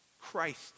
Christ